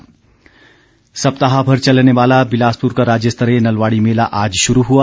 नलवाड़ी मेला सप्ताह भर चलने वाला बिलासपुर का राज्यस्तरीय नलवाड़ी मेला आज शुरू हुआ